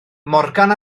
morgan